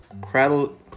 cradle